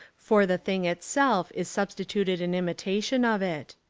for the thing itself is substituted an imitation of it.